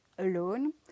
Alone